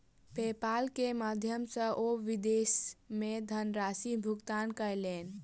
PayPal के माध्यम सॅ ओ विदेश मे धनराशि भुगतान कयलैन